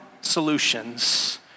solutions